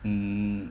mm